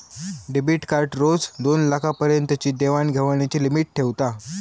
debit card रोज दोनलाखा पर्यंतची देवाण घेवाणीची लिमिट ठेवता